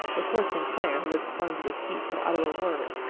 before st. clair, who had sprung to his feet, could utter a word.